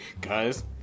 Guys